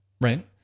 Right